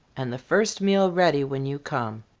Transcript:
and the first meal ready when you come.